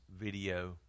video